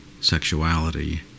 sexuality